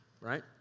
right